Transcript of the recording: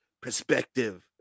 perspective